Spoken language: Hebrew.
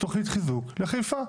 תכנית חיזוק לחיפה?